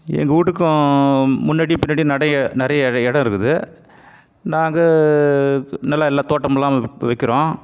எங்கள் வீட்டுக்கும் முன்னாடியும் பின்னாடியும் நடை நிறைய இடம் இருக்குது நாங்கள் நல்லா எல்லாம் தோட்டமெல்லாம் வைக்கிறோம்